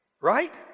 Right